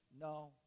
no